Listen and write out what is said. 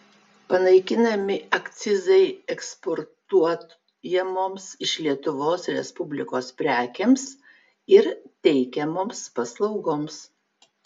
panaikinami akcizai eksportuojamoms iš lietuvos respublikos prekėms ir teikiamoms paslaugoms